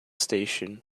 station